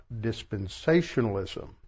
dispensationalism